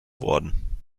worden